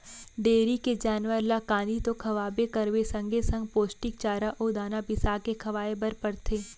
dairy के जानवर ल कांदी तो खवाबे करबे संगे संग पोस्टिक चारा अउ दाना बिसाके खवाए बर परथे